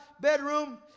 bedroom